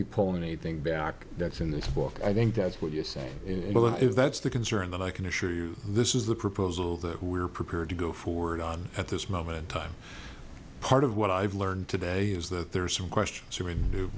be pulling anything back that's in this book i think that's what you're saying you know if that's the concern that i can assure you this is the proposal that we're prepared to go forward on at this moment in time part of what i've learned today is that there are some questions he